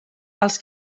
els